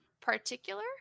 particular